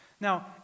Now